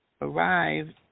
arrived